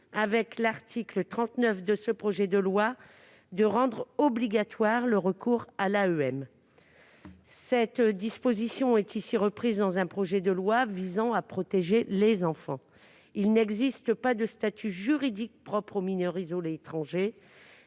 par l'article 39 de ce projet de loi, le recours à l'AEM. Cette disposition est ici reprise dans un projet de loi visant à protéger les enfants. Il n'existe pas de statut juridique propre aux mineurs isolés étrangers.